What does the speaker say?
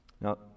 Now